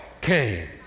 came